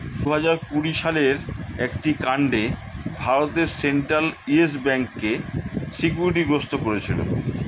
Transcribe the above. দুহাজার কুড়ি সালের একটি কাণ্ডে ভারতের সেন্ট্রাল ইয়েস ব্যাঙ্ককে সিকিউরিটি গ্রস্ত করেছিল